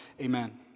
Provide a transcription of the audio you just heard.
amen